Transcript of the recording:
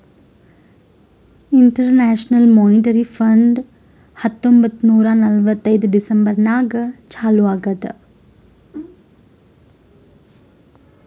international monetary fund ಹತ್ತೊಂಬತ್ತ್ ನೂರಾ ನಲ್ವತ್ತೈದು ಡಿಸೆಂಬರ್ ನಾಗ್ ಚಾಲೂ ಆಗ್ಯಾದ್